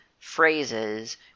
phrases